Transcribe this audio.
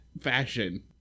fashion